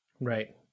right